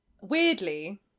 Weirdly